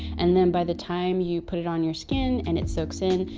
and then by the time you put it on your skin and it soaks in,